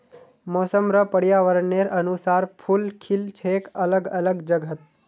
मौसम र पर्यावरनेर अनुसार फूल खिल छेक अलग अलग जगहत